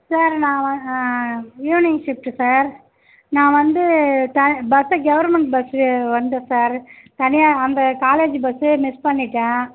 sir நான் வ evening shift sir நான் வந்து ட பஸ்ஸு கெவுர்மெண்ட் பஸ்ஸு வந்தேன் சார் தனியா அந்த காலேஜி பஸ்ஸு மிஸ் பண்ணிவிட்டேன்